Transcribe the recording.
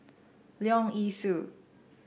Leong Yee Soo